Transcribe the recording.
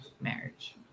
marriage